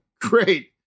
great